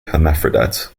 hermaphrodites